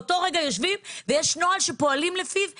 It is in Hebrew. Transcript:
יושבים באותו רגע ויש נוהל שפועלים לפיו ועובדים.